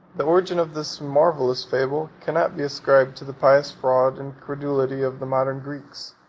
the origin of this marvellous fable cannot be ascribed to the pious fraud and credulity of the modern greeks,